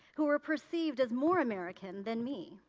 who were perceived as more american than me.